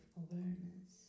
awareness